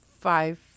five